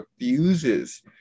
refuses